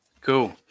Cool